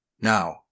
Now